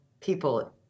people